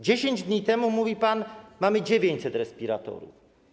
10 dni temu mówił pan: Mamy 900 respiratorów.